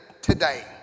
today